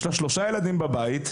יש לה שלושה ילדים בבית,